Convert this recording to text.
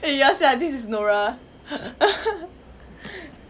eh ya sia this is nora